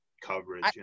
coverage